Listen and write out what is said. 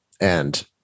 and-